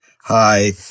Hi